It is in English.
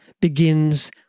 begins